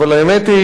אבל האמת היא